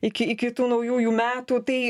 iki iki tų naujųjų metų tai